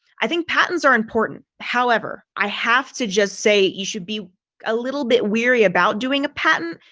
i think patents are important. however, i have to just say you should be a little bit weary about doing a patent.